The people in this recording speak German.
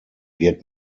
wird